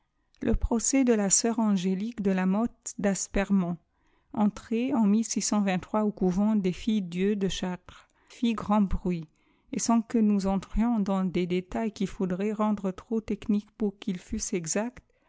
le procès de la sœur angélique de la mothe d'aspremont entrée en au couvent des ifilles dieu de chartres fit grand bruit et sans que nous entrions dans des détails qu'il faudrait rendfe trop techniques pour qu'ils fussent exacts